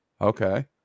Okay